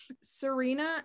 Serena